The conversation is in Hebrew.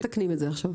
לא מתקנים את זה עכשיו.